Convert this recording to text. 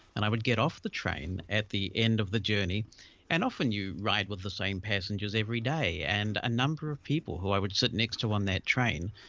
and i would get off the train at the end of the journey and often you ride with the same passengers every day and a number of people, who i would sit next to on that train,